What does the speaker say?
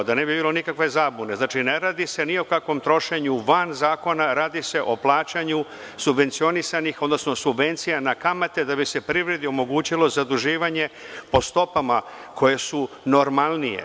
Da ne bi bilo nikakve zabune, ne radi se ni o kakvom trošenju van zakona, radi se o plaćanju subvencionisanih, odnosno subvencija na kamate da bi se privredi omogućilo zaduživanje po stopama koje su normalnije.